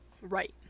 Right